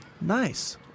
Nice